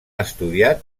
estudiat